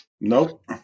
Nope